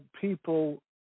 people